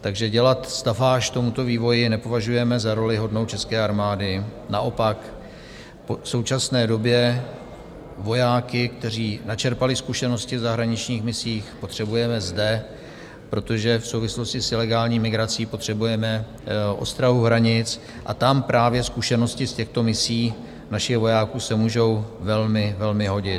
Takže dělat stafáž tomuto vývoji nepovažujeme za roli hodnou české armády, naopak v současné době vojáky, kteří načerpali zkušenosti v zahraničních misích, potřebujeme zde, protože v souvislosti s ilegální migrací potřebujeme ostrahu hranic a tam právě zkušenosti našich vojáků z těchto misí se můžou velmi, velmi hodit.